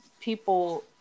people